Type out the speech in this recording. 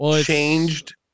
changed